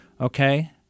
Okay